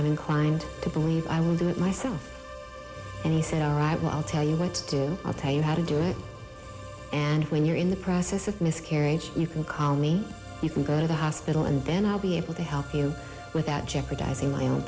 i'm inclined to believe i will do it myself and he said i'll tell you what to do i'll tell you how to do it and when you're in the process of miscarriage you can call me you can go to the hospital and then i'll be able to help you without jeopardizing my own